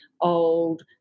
old